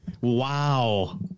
Wow